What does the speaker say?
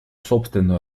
собственную